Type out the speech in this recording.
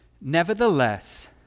Nevertheless